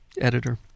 editor